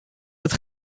het